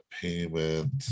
payment